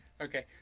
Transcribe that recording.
Okay